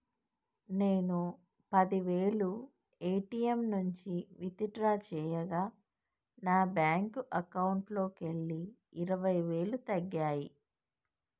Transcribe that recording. నేను పది వేలు ఏ.టీ.యం నుంచి విత్ డ్రా చేయగా నా బ్యేంకు అకౌంట్లోకెళ్ళి ఇరవై వేలు తగ్గాయి